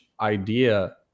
idea